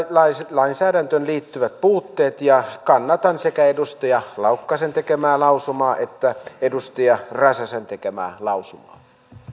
lainsäädäntöön liittyvät puutteet ja kannatan sekä edustaja laukkasen tekemää lausumaa että edustaja räsäsen tekemää lausumaa